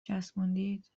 چسبوندید